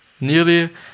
Nearly